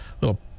little